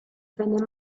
venne